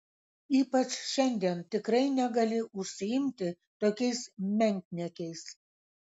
ypač šiandien tikrai negali užsiimti tokiais menkniekiais